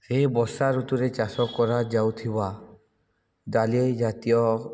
ସେହି ବର୍ଷା ଋତୁରେ ଚାଷ କରାଯାଉଥିବା ଡାଲି ଜାତୀୟ